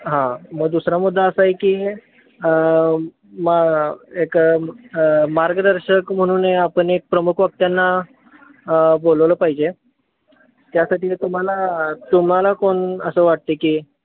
हां मग दुसरा मुद्दा असा आहे की मग एक मार्गदर्शक म्हणून आपण एक प्रमुख वक्त्यांना बोलवलं पाहिजे त्यासाठी तुम्हाला तुम्हाला कोण असं वाटते की